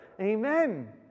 Amen